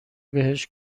بهش